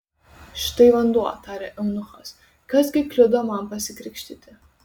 štai vanduo tarė eunuchas kas gi kliudo man pasikrikštyti